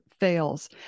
Fails